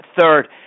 third